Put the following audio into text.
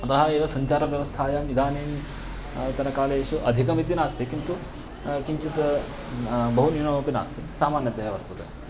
अतः एव सञ्चारव्यवस्थायाम् इदानीन्तन कालेषु अधिकमिति नास्ति किन्तु किञ्चित् बहु न्यूनमपि नास्ति सामान्यतया वर्तते